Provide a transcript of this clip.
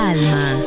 Alma